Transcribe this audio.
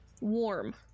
warm